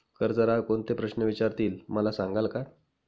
कर्जदार कोणते प्रश्न विचारतील, मला सांगाल का?